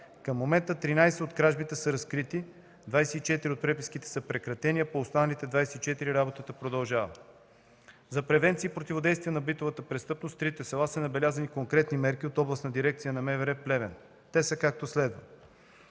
Към момента 13 от кражбите са разкрити, 24 от преписките са прекратени, а по останалите 24 работата продължава. За превенция и противодействие на битовата престъпност за трите села са набелязани конкретни мерки от Областна дирекция на МВР – Плевен. Те са, както следва: